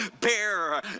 bear